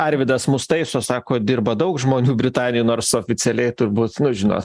arvydas mus taiso sako dirba daug žmonių britanijoj nors oficialiai turbūt nu žinot